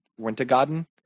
Wintergarden